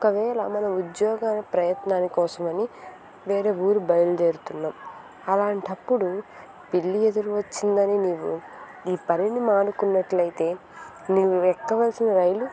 ఒకవేళ మనం ఉద్యోగాల ప్రయత్నాల కోసమని వేరే ఊరు బయలుదేరుతున్నాం అలాంటప్పుడు పిల్లి ఎదురు వచ్చిందని నీవు నీ పనిని మానుకున్నట్లైతే నీవు ఎక్కవలసిన రైలు